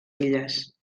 illes